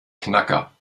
knacker